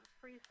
free